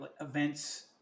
events